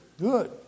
good